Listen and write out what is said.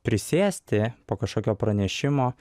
prisėsti po kažkokio pranešimo